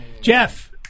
Jeff